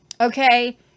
Okay